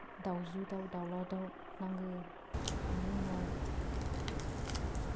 दाउजो दाउ दाउला दाउ नांगौ बिनि उनाव